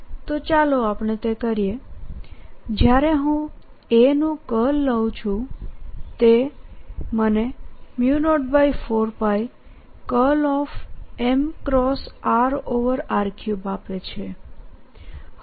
rr mr3 તો ચાલો આપણેતેકરીએજ્યારેહું A નું કર્લ લઉં છુંતે મને 04πઆપે છે